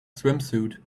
swimsuit